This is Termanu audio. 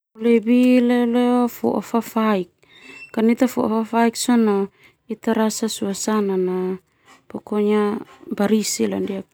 Foa fafaik ita rasa pokonya suasana barisi.